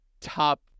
top